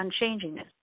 unchangingness